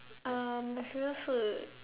uh my favourite food